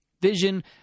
Vision